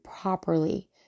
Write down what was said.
properly